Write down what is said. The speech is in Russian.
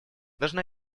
должны